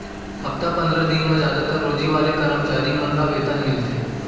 हप्ता पंदरा दिन म जादातर रोजी वाले करम चारी मन ल वेतन मिलथे